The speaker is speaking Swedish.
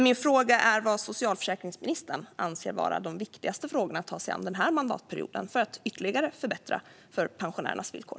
Min fråga är vad socialförsäkringsministern anser vara de viktigaste frågorna att ta sig an den här mandatperioden för att ytterligare förbättra pensionärernas villkor.